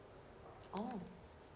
oh